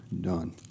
done